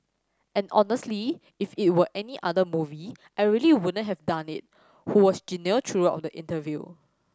and honestly if it were any other movie I really wouldn't have done it who was genial throughout the interview